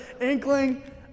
inkling